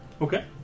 Okay